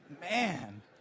Man